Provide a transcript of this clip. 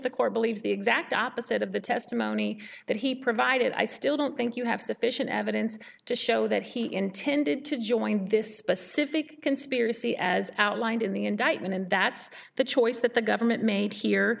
the court believes the exact opposite of the testimony that he provided i still don't think you have sufficient evidence to show that he intended to join this specific conspiracy as outlined in the indictment and that's the choice that the government made here